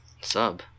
Sub